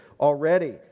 already